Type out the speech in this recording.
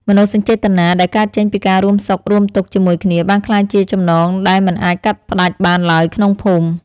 មនោសញ្ចេតនាដែលកើតចេញពីការរួមសុខរួមទុក្ខជាមួយគ្នាបានក្លាយជាចំណងដែលមិនអាចកាត់ផ្ដាច់បានឡើយក្នុងភូមិ។